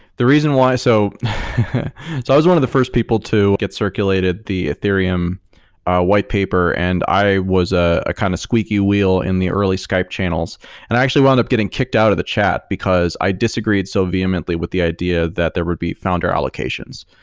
the reason why so i i was one of the first people to get circulated the ethereum whitepaper and i was a ah kind of squeaky wheel in the early skype channels and i actually wound up getting kicked out of the chat because i disagreed so vehemently with the idea that there would be founder allocations.